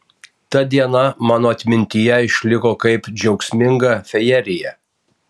ta diena mano atmintyje išliko kaip džiaugsminga fejerija